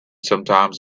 sometimes